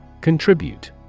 Contribute